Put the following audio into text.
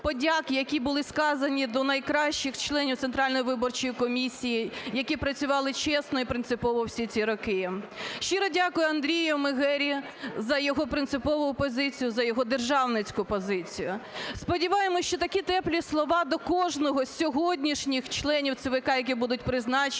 подяк, які були сказані до найкращих членів Центральної виборчої комісії, які працювали чесно і принципово всі ці роки. Щиро дякую Андрію Магері за його принципову позицію, за його державницьку позицію. Сподіваємось, що такі теплі слова до кожного з сьогоднішніх членів ЦВК, які будуть призначені,